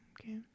okay